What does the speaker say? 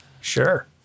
Sure